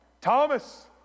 Thomas